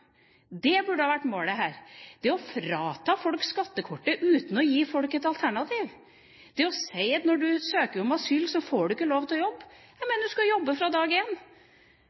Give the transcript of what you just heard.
Det burde ha vært målet her. Det å frata folk skattekortet uten å gi folk et alternativ, er å si at når du søker om asyl, får du ikke lov til å jobbe! Jeg mener du skal jobbe fra dag